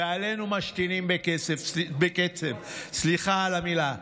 ועלינו משתינים בקשת?!", סליחה על המילה.